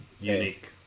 unique